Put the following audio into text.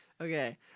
Okay